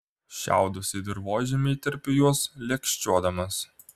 šiaudus į dirvožemį įterpiu juos lėkščiuodamas